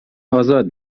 آزاد